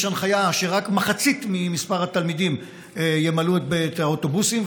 יש הנחיה שרק מחצית ממספר התלמידים ימלאו את האוטובוסים,